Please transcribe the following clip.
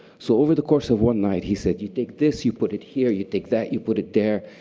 so over the course of one night, he said, you take this, you put it here. you take that, you put it there.